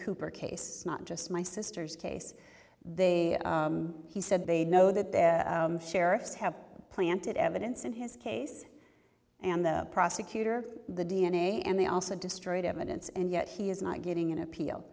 cooper case not just my sister's case they he said they know that the sheriff's have planted evidence in his case and the prosecutor the d n a and they also destroyed evidence and yet he is not getting an appeal